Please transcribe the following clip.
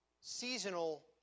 seasonal